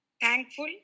thankful